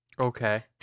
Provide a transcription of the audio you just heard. Okay